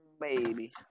baby